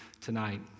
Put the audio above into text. tonight